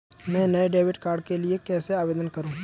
मैं नए debit card के लिए कैसे आवेदन करूं?